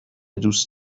دوست